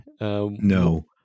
No